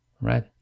right